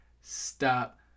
stop